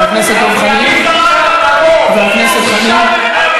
חבר הכנסת חאג' יחיא, זמנך תם.